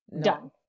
done